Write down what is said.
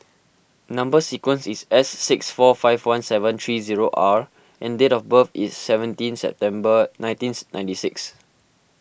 Number Sequence is S six four five one seven three zero R and date of birth is seventeen September nineteenth ninety six